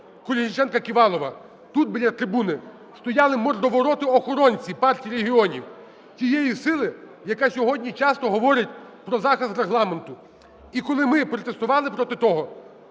"Колесніченка-Ківалова", тут біля трибуни стояли мордовороти охоронці Партії регіонів – тієї сили, яка сьогодні часто говорить про захист Регламенту. І коли ми протестували проти того,